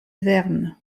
verne